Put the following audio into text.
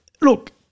Look